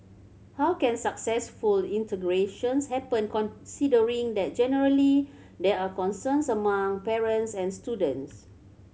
how can successful integrations happen considering that generally there are concerns among parents and students